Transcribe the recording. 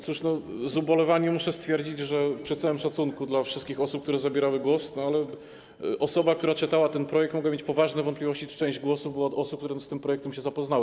Cóż, z ubolewaniem muszę stwierdzić przy całym szacunku dla wszystkich osób, które zabierały głos, że osoba, która czytała ten projekt, mogła mieć poważne wątpliwości, czy część głosów była od osób, które z tym projektem się zapoznały.